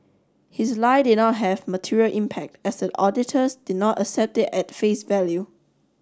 his lie did not have material impact as the auditors did not accept it at face value